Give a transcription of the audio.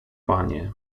panie